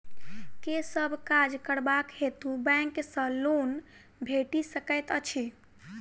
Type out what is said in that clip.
केँ सब काज करबाक हेतु बैंक सँ लोन भेटि सकैत अछि?